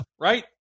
right